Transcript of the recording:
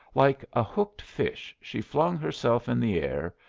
like a hooked fish, she flung herself in the air,